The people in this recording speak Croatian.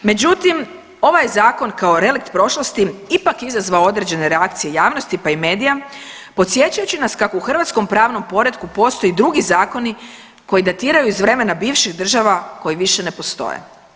Međutim, ovaj zakon kao relikt prošlosti ipak je izazvao određene reakcije javnosti pa i medija podsjećajući nas kako u hrvatskom pravom poretku postoje drugi zakoni koji datiraju iz vremena bivših država koji više ne postoje.